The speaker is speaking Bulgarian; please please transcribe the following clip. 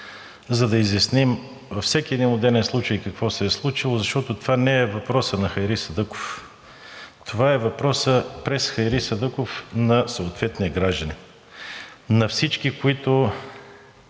за да изясним във всеки един отделен случай какво се е случило, защото това не е въпросът на Хайри Садъков. Това е въпросът през Хайри Садъков на съответния гражданин, на всички, които